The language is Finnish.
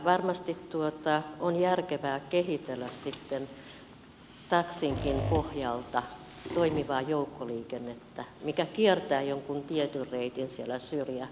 varmasti on järkevää kehitellä sitten taksinkin pohjalta toimivaa joukkoliikennettä mikä kiertää jonkun tietyn reitin siellä syrjäseudulla